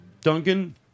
Duncan